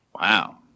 Wow